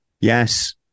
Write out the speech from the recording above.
Yes